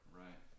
right